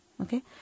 Okay